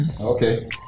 Okay